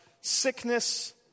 sickness